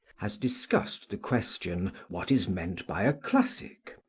has discussed the question, what is meant by a classic?